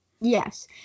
Yes